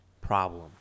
problem